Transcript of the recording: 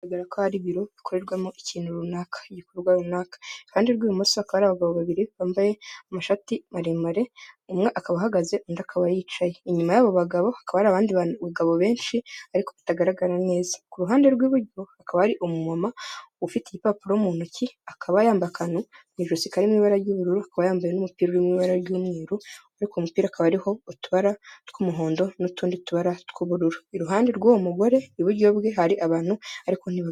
Hari ibiro bikorerwamo ikintu runaka igikorwa runaka. Uruhande rw'ibumoso hari abagabo babiri bambaye amashati maremare, umwe akaba ahahagaze undi akaba yicaye. Inyuma y'abo bagabo hakaba hari abandi bagabo benshi ariko bitagaragara neza. Ku ruhande rw'iburyo akaba ari umuma ufite urupapuro mu ntoki akaba yambakana mu ijosirikari rimwe ibara ry'ubururu akaba yambaye n'umupira w'ibara ry'umweru ariko umupira hakaba hariho utubara tw'umuhondo n'utundi tubara tw'ubururu iruhande rw'uwo mugore iburyo bwe hari abantu ariko ntiba.